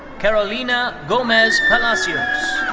carolina gomez palacios.